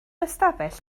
ystafell